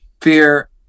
Fear